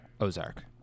Ozark